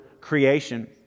creation